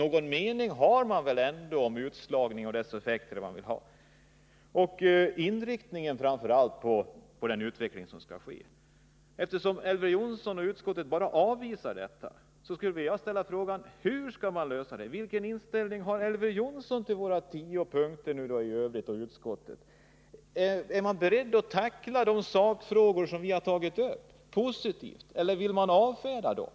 Någon mening har väl utskottet ändå om utslagningen och dess effekter och i fråga om inriktningen av den utveckling som skall ske. Eftersom Elver Jonsson bara avvisar våra förslag, måste jag fråga: Vilken inställning har då Elver Jonsson och utskottet i övrigt till våra tro punkter? Är man beredd att tackla de sakfrågor som vi har tagit upp eller vill man avfärda dem?